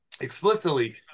explicitly